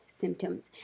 symptoms